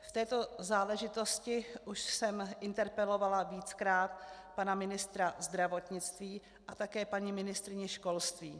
V této záležitosti už jsem interpelovala víckrát pana ministra zdravotnictví a také paní ministryni školství.